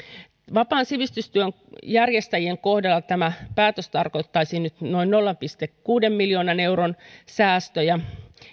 vapaan sivistystyön järjestäjien kohdalla tämä päätös tarkoittaisi nyt noin nolla pilkku kuuden miljoonan euron säästöjä